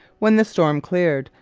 when the storm cleared,